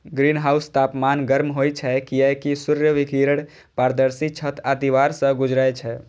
ग्रीनहाउसक तापमान गर्म होइ छै, कियैकि सूर्य विकिरण पारदर्शी छत आ दीवार सं गुजरै छै